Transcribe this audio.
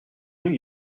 new